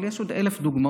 אבל יש עוד אלף דוגמאות,